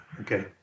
Okay